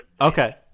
Okay